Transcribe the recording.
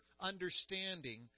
understanding